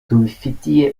tubifitiye